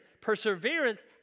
Perseverance